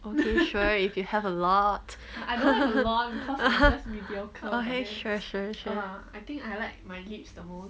okay sure if you have a lot okay sure sure sure